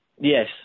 Yes